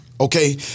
okay